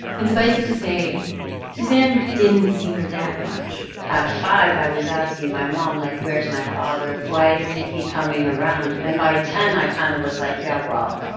and suffice it to say suzanne didn't see her dad much at five, i was asking my mom, like, where's my father? why isn't he coming around? and by ten, i kind of was, like, yeah, well,